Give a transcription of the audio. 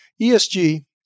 ESG